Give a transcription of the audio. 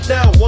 Now